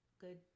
good